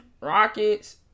Rockets